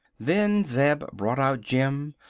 then zeb brought out jim,